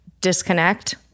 disconnect